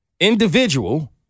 individual